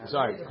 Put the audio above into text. Sorry